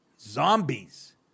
zombies